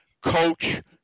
coach